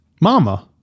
Mama